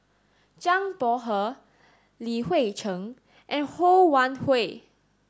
Zhang Bohe Li Hui Cheng and Ho Wan Hui